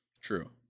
True